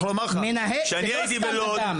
מנהל זה לא סתם אדם.